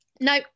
no